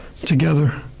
together